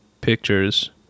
pictures